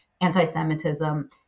anti-Semitism